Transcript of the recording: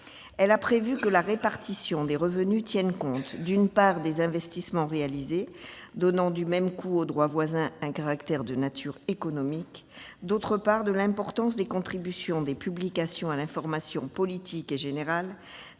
Elle a prévu que la répartition des revenus tienne compte, d'une part, des investissements réalisés, donnant du même coup au droit voisin un caractère de nature économique, et, d'autre part, de l'importance de la contribution des publications à l'information politique et générale,